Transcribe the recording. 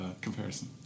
comparison